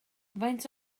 faint